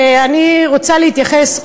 תודה,